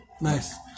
Nice